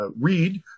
read